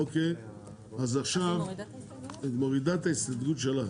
אני מורידה את ההסתייגויות?